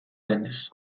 denez